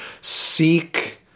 seek